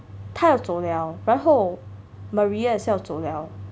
他要走了然后 Maria 也是要走了